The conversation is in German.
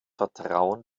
vertrauen